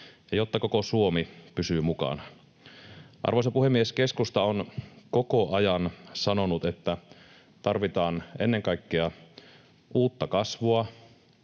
ja jotta koko Suomi pysyy mukana. Arvoisa puhemies! Keskusta on koko ajan sanonut, että tarvitaan ennen kaikkea uutta kasvua,